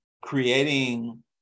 creating